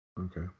okay